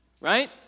Right